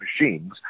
machines